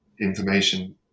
information